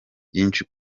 byinshi